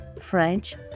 French